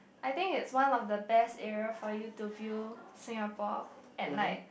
I think is one of best area for you to feel Singapore at night